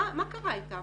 מה קרה עם המכרזים?